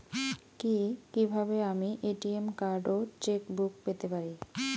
কি কিভাবে আমি এ.টি.এম কার্ড ও চেক বুক পেতে পারি?